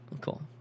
cool